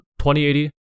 2080